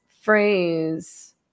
phrase